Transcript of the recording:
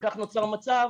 כך נוצר מצב